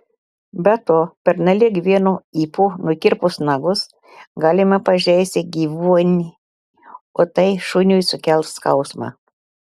be to pernelyg vienu ypu nukirpus nagus galima pažeisti gyvuonį o tai šuniui sukels skausmą